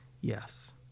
Yes